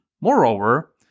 Moreover